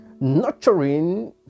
nurturing